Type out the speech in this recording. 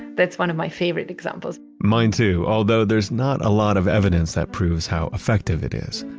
that's one of my favorite examples mine too, although there's not a lot of evidence that proves how effective it is.